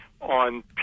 on